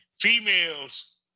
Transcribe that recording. females